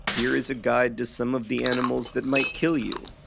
here is a guide to some of the animals that might kill you.